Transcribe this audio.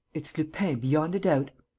it's lupin, beyond a doubt.